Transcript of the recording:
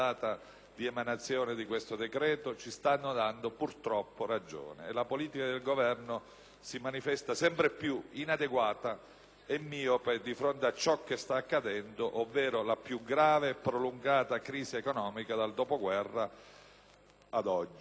in discussione, ci stanno dando purtroppo ragione e la politica del Governo si manifesta sempre più inadeguata e miope di fronte a ciò che sta accadendo, ossia la più grave e prolungata crisi economica dal dopoguerra ad oggi.